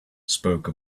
spoke